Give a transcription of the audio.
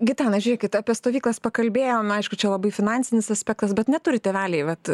gitana žiūrėkit apie stovyklas pakalbėjom aišku čia labai finansinis aspektas bet neturi tėveliai vat